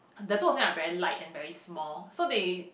the two of them are very light and very small so they